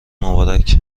مبارک